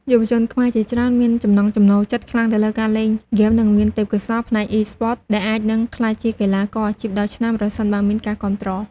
យុវជនខ្មែរជាច្រើនមានចំណង់ចំណូលចិត្តខ្លាំងទៅលើការលេងហ្គេម និងមានទេពកោសល្យផ្នែក Esports ដែលអាចនឹងក្លាយជាកីឡាករអាជីពដ៏ឆ្នើមប្រសិនបើមានការគាំទ្រ។